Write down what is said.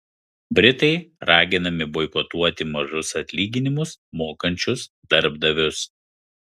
britai raginami boikotuoti mažus atlyginimus mokančius darbdavius